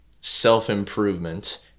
self-improvement